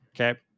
okay